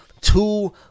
two